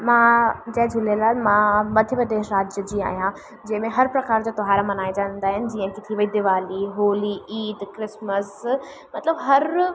मां जय झूलेलाल मां मध्य प्रदेश राज्य जी आहियां जंहिंमें हर प्रकार जा त्योहार मल्हाइजंदा आहिनि जीअं की थी वई दीवाली होली ईद क्रिस्मस मतिलबु हर